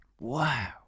Wow